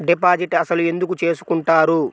Deposit అసలు ఎందుకు చేసుకుంటారు?